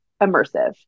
immersive